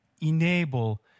enable